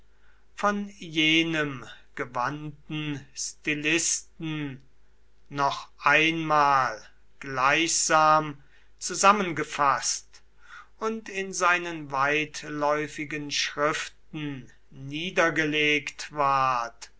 von jenem gewandten stilisten noch einmal gleichsam zusammengefaßt und in seinen weitläufigen schriften niedergelegt ward